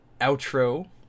outro